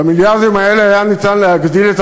במיליארדים האלה היה ניתן להגדיל את